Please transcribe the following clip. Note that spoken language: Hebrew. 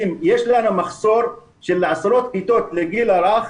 היום מחסור של עשרות כיתות לגיל הרך